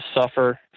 suffer